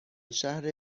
شهر